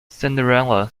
cinderella